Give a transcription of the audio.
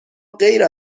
غیر